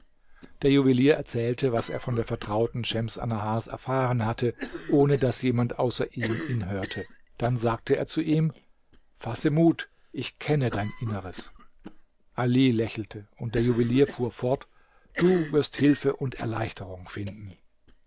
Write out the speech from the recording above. der juwelier erzählte was er von der vertrauten schems annahars erfahren hatte ohne daß jemand außer ihm ihn hörte dann sagte er zu ihm fasse mut ich kenne dein inneres ali lächelte und der juwelier fuhrt fort du wirst hilfe und erleichterung finden